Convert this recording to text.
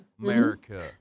America